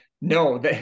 No